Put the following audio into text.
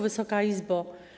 Wysoka Izbo!